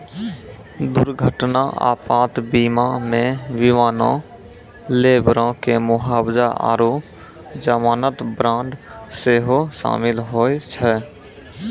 दुर्घटना आपात बीमा मे विमानो, लेबरो के मुआबजा आरु जमानत बांड सेहो शामिल होय छै